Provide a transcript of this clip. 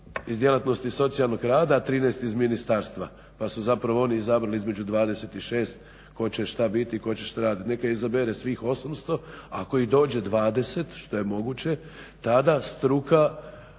iz djelatnosti socijalnog rada a 13 iz ministarstva. Pa su zapravo oni izabrali između 26 ko će šta biti i ko će šta raditi. Neka izabere svih 800, ako ih dođe 20 što je moguće, tada struka,